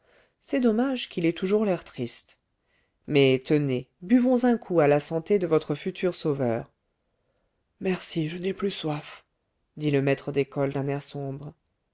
c'est dommage qu'il ait toujours l'air triste mais tenez buvons un coup à la santé de votre futur sauveur merci je n'ai plus soif dit le maître d'école d'un air sombre